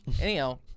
Anyhow